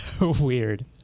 Weird